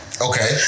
Okay